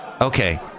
okay